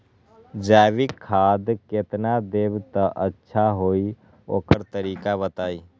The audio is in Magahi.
जैविक खाद केतना देब त अच्छा होइ ओकर तरीका बताई?